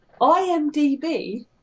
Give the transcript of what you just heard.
IMDB